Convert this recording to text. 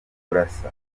burasa